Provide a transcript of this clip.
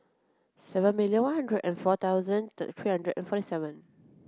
seven million one hundred and four thousand three hundred and forty seven